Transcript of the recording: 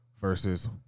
versus